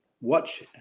watch